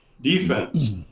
defense